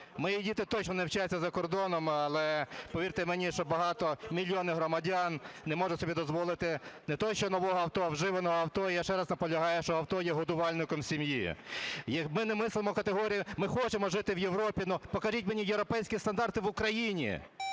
Мої діти точно не вчаться за кордоном, але повірте мені, що багато мільйонів громадян не можуть собі дозволити не те, що нового авто, а вживаного авто. Я ще раз наполягаю, що авто є годувальником сім'ї. Якби не мислили категорією… ми хочемо жити в Європі, але покажіть мені європейські стандарти в Україні,